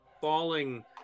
falling